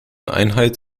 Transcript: einheit